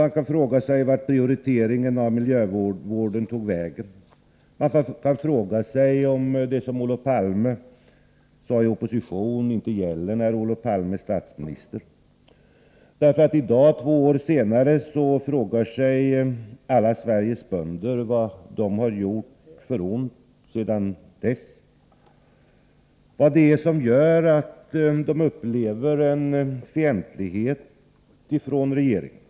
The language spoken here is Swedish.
Man kan fråga sig vart prioriteringen av miljövården tog vägen. Man kan fråga sig om det som Olof Palme sade i opposition inte gäller när Olof Palme är statsminister. I dag, två år senare, frågar sig nämligen alla Sveriges bönder vad de har gjort för ont sedan dess, vad det är som gör att de upplever fientlighet från regeringen.